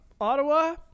ottawa